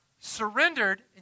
surrendered